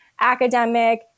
academic